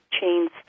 chains